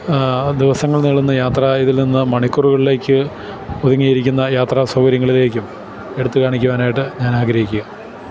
ദിവസങ്ങൾ നീളുന്ന യാത്ര ഇതിൽ നിന്ന് മണിക്കൂറുകളിലേക്ക് ഒതുങ്ങിയിരിക്കുന്ന യാത്രാസൗകര്യങ്ങളിലേക്കും എടുത്തുകാണിക്കുവാനായിട്ട് ഞാൻ ആഗ്രഹിക്കുക